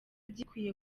gikwiye